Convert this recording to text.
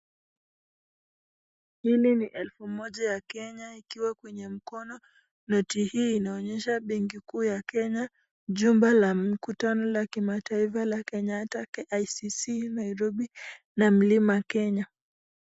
Hili ni elfu moja ya Kenya ikiwa kwenye mkono . Noti hii inaonyesha benki kuu ya Kenya, Jumba la mkutano la kimataifa la Kenyatta, KICC, Nairobi na mlima Kenya.